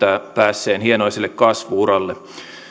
päässeen hienoiselle kasvu uralle